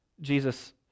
Jesus